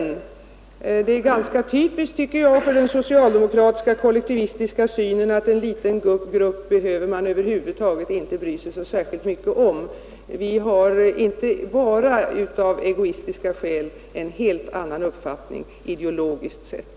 Jag tycker att det är ganska typiskt för den socialdemokratiska kollektivistiska synen att anse att man inte behöver bry sig så särskilt mycket om en liten grupp. Vi har, inte bara av egoistiska skäl, en helt annan uppfattning ideologiskt sett.